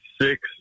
six